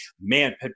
man